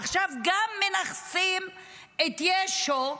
עכשיו גם מנכסים את ישו ליהדות,